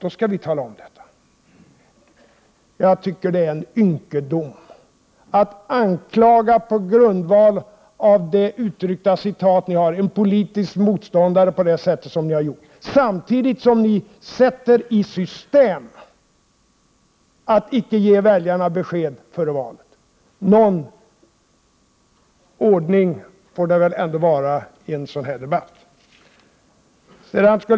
Då skulle de tala om detta. Jag tycker att det är en ynkedom att på grundval av de utryckta citaten anklaga en politisk motståndare på det sätt som ni har gjort. Samtidigt sätter ni i system att icke ge väljarna besked före valet. Någon ordning får det väl ändå vara i en sådan här debatt!